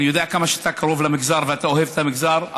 אני יודע כמה שאתה קרוב למגזר ואתה אוהב את המגזר,